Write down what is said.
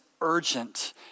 urgent